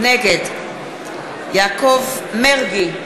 נגד יעקב מרגי,